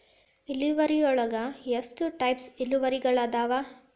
ಇಳುವರಿಯೊಳಗ ಎಷ್ಟ ಟೈಪ್ಸ್ ಇಳುವರಿಗಳಾದವ